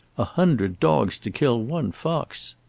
a hundred dogs to kill one fox!